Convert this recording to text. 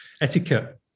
etiquette